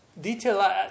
detail